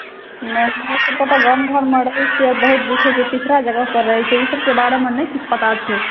नहि हमसभ तऽ गाम घरमे रहै छियै बहुत जे छै पिछड़ा जगह पर रहै छियै ईसभके बारेमे नहि किछु पता छै